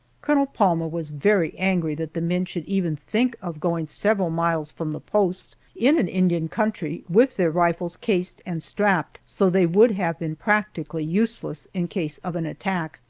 colonel palmer was very angry that the men should even think of going several miles from the post, in an indian country, with their rifles cased and strapped so they would have been practically useless in case of an attack.